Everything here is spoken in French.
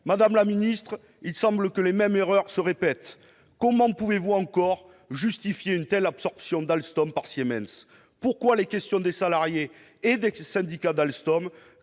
Madame la secrétaire d'État, il semble que les mêmes erreurs se répètent. Comment pouvez-vous encore justifier une telle absorption d'Alstom par Siemens ? Pourquoi les questions des salariés et des syndicats d'Alstom